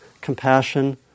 compassion